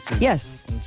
Yes